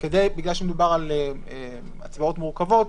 בגלל שמדובר בהצבעות מורכבות,